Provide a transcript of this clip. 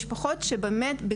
משפחות שבאמת,